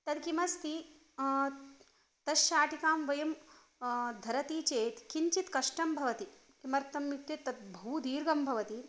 तद् किमस्ति तस्य शाटिकां वयं धरति चेत् किञ्चित् कष्टं भवति किमर्थम् इत्युक्ते तत् बहु दीर्घं भवति